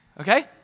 okay